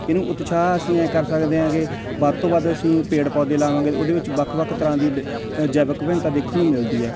ਇਹਨੂੰ ਉਤਸ਼ਾਹ ਅਸੀਂ ਐਂ ਕਰ ਸਕਦੇ ਹੈਗੇ ਵੱਧ ਤੋਂ ਵੱਧ ਅਸੀਂ ਪੇੜ ਪੌਦੇ ਲਾਵਾਂਗੇ ਉਹਦੇ ਵਿੱਚ ਵੱਖ ਵੱਖ ਤਰ੍ਹਾਂ ਦੀ ਡ ਅ ਜੈਵਿਕ ਵਿਭਿੰਨਤਾ ਦੇਖਣ ਨੂੰ ਮਿਲਦੀ ਹੈ